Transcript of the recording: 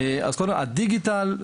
דיגיטל,